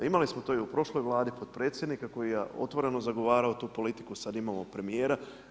Pa imali smo to i u prošloj Vladi potpredsjednika koji je otvoreno zagovarao tu politiku, sad imamo premijera.